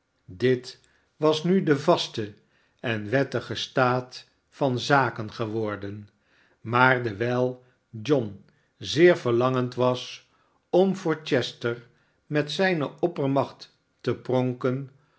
dit was nu de vaste en wettige staat van zaken geworden maar dewijl john zeer verlangend was om voor chester met zijne oppermacht te pronken